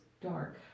dark